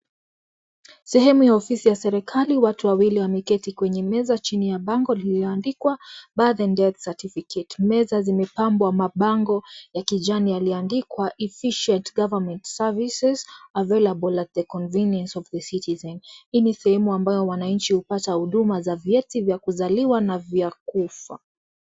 Sehemu ya ofisi ya serikali, watu wawili wamekaa kwenye meza chini ya bango lililoandikwa Birth and Death Certificate . Meza zimepambwa mabango ya kijani yaliyoandikwa Efficient Government Services Available at the Convenience of the Citizen . Hii ni sehemu ambayo wananchi hupata huduma za vyeti vya kuzaliwa na vya kufa.